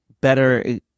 better